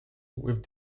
with